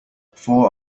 four